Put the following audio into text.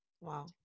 Wow